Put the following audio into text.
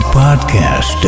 podcast